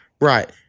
Right